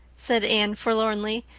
said anne forlornly.